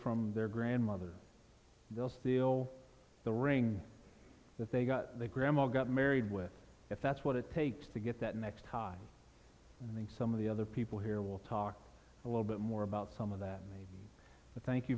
from their grandmother they'll steal the ring that they got the grandma got married with if that's what it takes to get that next high and then some of the other people here will talk a little bit more about some of that but thank you